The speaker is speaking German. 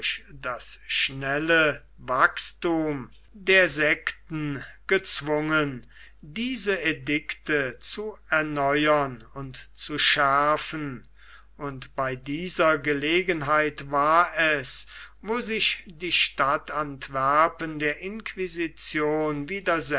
das schnelle wachsthum der sekten gezwungen diese edikte zu erneuern und zu schärfen und bei dieser gelegenheit war es wo sich die stadt antwerpen der inquisition